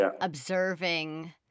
observing